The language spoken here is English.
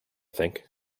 think